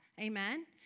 Amen